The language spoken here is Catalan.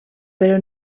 però